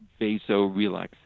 vasorelaxation